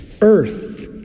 earth